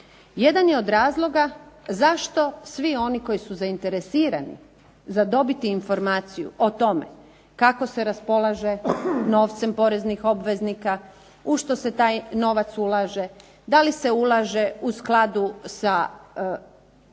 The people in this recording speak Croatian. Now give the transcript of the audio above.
jedan je od razloga zašto svi oni koji su zainteresirani za dobiti informaciju o tome kako se raspolaže novcem poreznih obveznika, u što se taj novac ulaže, da li se ulaže u skladu sa